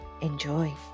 Enjoy